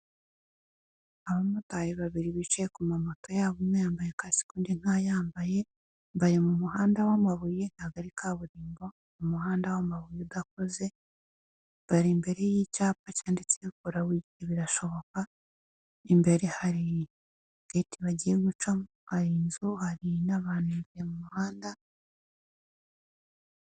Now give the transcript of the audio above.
Abamotari babiri bicaye ku mamoto yabo, umwe yambaye kasike undi ntayambaye, bari mu muhanda w'amabuye ntabwo ari kaburimbo, ni mu muhanda w'amabuye udakoze, bari mbere y'icyapa cyanditseho kora wigire birashoboka, imbere hari gete bagiye gucamo, hari inzu, hari n'abantu bari mu muhanda.